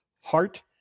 Heart